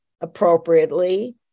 appropriately